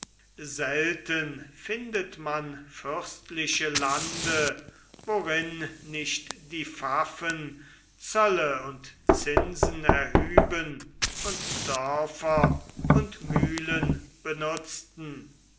selten findet man fürstliche lande worin nicht die pfaffen zölle und zinsen erhüben und dörfer und mühlen benutzten